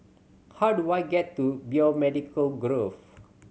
how do I get to Biomedical Grove